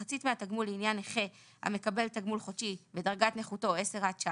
מחצית מהתגמול לעניין נכה המקבל תגמול חודשי ודרגת נכותו 10-19%,